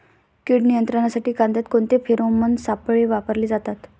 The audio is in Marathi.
कीड नियंत्रणासाठी कांद्यात कोणते फेरोमोन सापळे वापरले जातात?